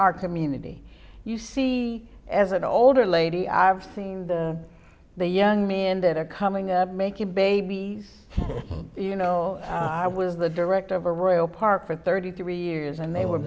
our community you see as an older lady i've seen the the young men that are coming up making babies you know i was the director of a royal park for thirty three years and they were